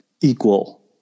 equal